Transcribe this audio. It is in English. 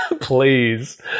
Please